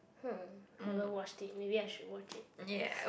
!huh! haven't watched it maybe I should watch it